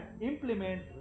implement